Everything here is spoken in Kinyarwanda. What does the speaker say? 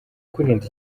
kwirinda